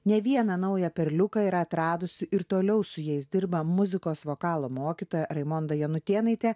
ne vieną naują perliuką yra atradusi ir toliau su jais dirba muzikos vokalo mokytoja raimonda janutėnaitė